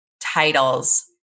titles